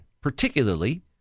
particularly